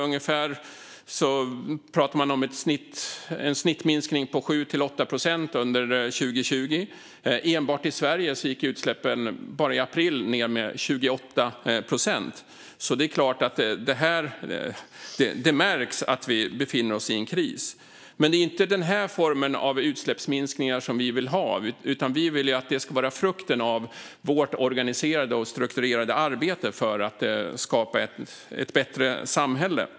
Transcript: Man talar om en snittminskning på 7-8 procent under 2020. Enbart i Sverige gick utsläppen bara i april ned med 28 procent. Det märks att vi befinner oss i en kris. Men det är inte den här formen av utsläppsminskningar som vi vill ha, utan vi vill att de ska vara frukten av vårt organiserade och strukturerade arbete för att skapa ett bättre samhälle.